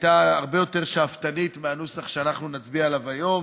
הייתה הרבה יותר שאפתנית מהנוסח שאנחנו נצביע עליו היום.